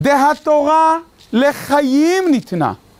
והתורה לחיים ניתנה.